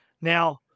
Now